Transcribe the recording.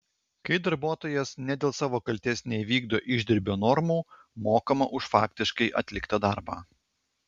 kai darbuotojas ne dėl savo kaltės neįvykdo išdirbio normų mokama už faktiškai atliktą darbą